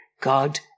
God